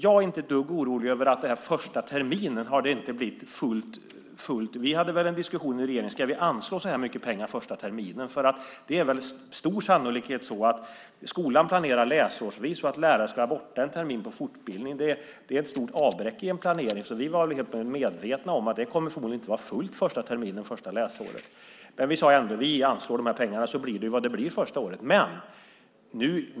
Jag är inte ett dugg orolig över att det inte har blivit fullt den första terminen. Vi hade en diskussion om detta i regeringen: Ska vi anslå så här mycket pengar den första terminen? Det är väl med stor sannolikhet så att skolan planerar läsårsvis. Att en lärare ska vara borta en termin på fortbildning är ett stort avbräck i en planering. Vi var alltså hela tiden medvetna om att det förmodligen inte skulle vara fullt första terminen, första läsåret. Vi sade ändå att vi skulle anslå dessa pengar och så blir det vad det blir första året.